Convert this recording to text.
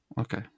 Okay